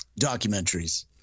documentaries